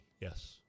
Yes